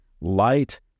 light